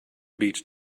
beach